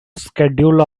schedule